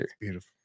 Beautiful